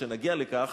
כשנגיע לכך,